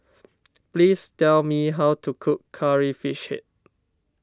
please tell me how to cook Curry Fish Head